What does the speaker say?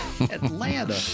Atlanta